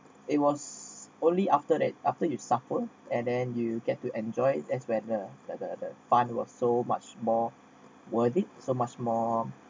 it was only after that after you've suffered and then you get to enjoy it as whether the fun was so much more worthy so much more